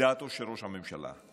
מדעתו של ראש הממשלה.